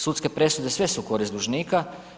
Sudske presude, sve su u korist dužnika.